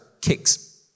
kicks